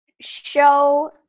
show